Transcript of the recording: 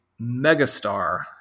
megastar